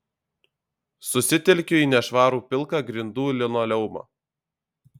susitelkiu į nešvarų pilką grindų linoleumą